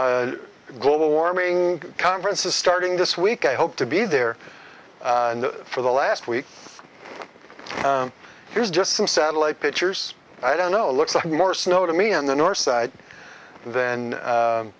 to global warming conferences starting this week i hope to be there for the last week here's just some satellite pictures i don't know it looks like more snow to me on the north side then